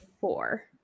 four